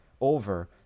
over